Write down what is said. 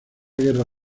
guerra